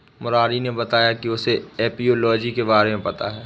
मुरारी ने बताया कि उसे एपियोलॉजी के बारे में पता है